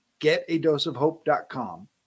getadoseofhope.com